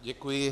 Děkuji.